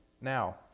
Now